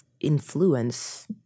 influence